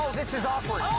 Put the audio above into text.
this is awkward.